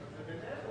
המכשיר